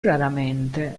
raramente